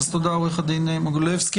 תודה, עו"ד מוגילבסקי.